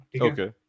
okay